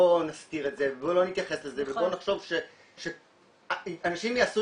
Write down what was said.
נסתיר את זה ובוא לא נתייחס לזה ובוא נחשוב שאנשים יעשו